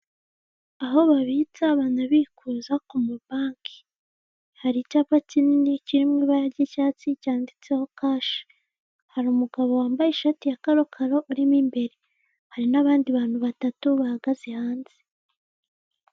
Aho babitsa banabikuza kumabanki hari icyapa kinini kiri mu ibara ry'icyatsi cyanditseho kashi. Hari umugabo wambaye ishati ya karokaro urimo imbere hari n'abandi bantu batatu bahagaze hanze.